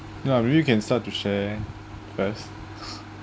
ya maybe you can start to share first